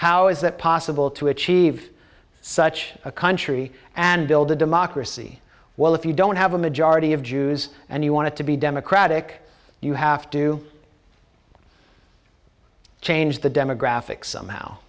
how is that possible to achieve such a country and build a democracy while if you don't have a majority of jews and you want to be democratic you have to change the demographic somehow